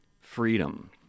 freedom